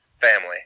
family